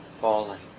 falling